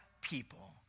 people